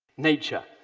nature,